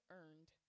earned